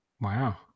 Wow